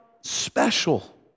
special